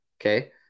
okay